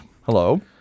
hello